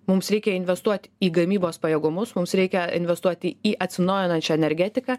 mums reikia investuot į gamybos pajėgumus mums reikia investuoti į atsinaujinančią energetiką